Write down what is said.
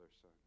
Son